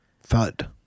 Thud